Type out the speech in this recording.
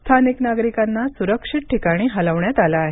स्थानिक नागरिकांना सुरक्षित ठिकाणी हलवण्यात आलं आहे